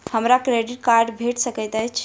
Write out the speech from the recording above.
हमरा credit card भेट सकैत अछि?